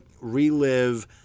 relive